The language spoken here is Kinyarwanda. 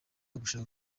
gushaka